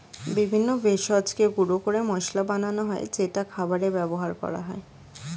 বিভিন্ন ভেষজকে গুঁড়ো করে মশলা বানানো হয় যেটা খাবারে ব্যবহার করা হয়